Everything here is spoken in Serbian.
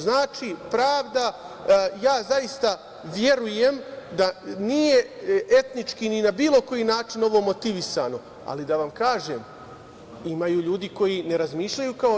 Znači, zaista verujem da nije etnički, ni na bilo koji način, ovo motivisano, ali da vam kažem da ima ljudi koji ne razmišljaju kao ja.